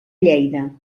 lleida